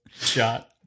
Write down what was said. shot